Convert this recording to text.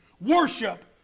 Worship